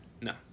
No